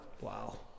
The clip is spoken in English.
wow